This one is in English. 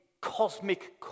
cosmic